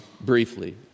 briefly